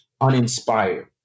uninspired